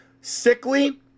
sickly